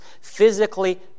physically